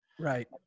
Right